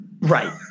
right